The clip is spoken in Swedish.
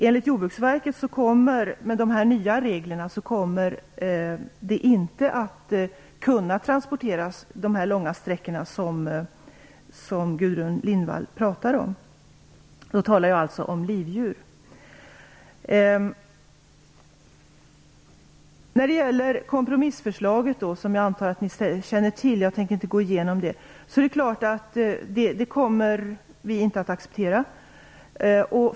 Enligt Jordbruksverket kommer det med de nya reglerna inte att vara möjligt att transportera djur de långa sträckor som Gudrun Lindvall talade om. Jag talar då om livdjur. Kompromissförslaget, som jag antar att ni känner till, kommer vi inte att acceptera.